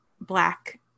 black